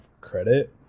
credit